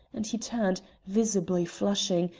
and he turned, visibly flushing,